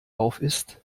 aufisst